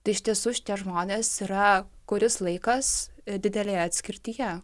tai iš tiesų šitie žmonės yra kuris laikas didelėje atskirtyje